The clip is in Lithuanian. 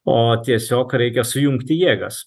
o tiesiog reikia sujungti jėgas